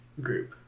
group